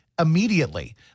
Immediately